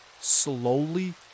slowly